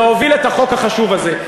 להוביל את החוק החשוב הזה.